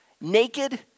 naked